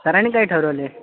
सरांनी काय ठरवलं आहे